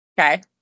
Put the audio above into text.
Okay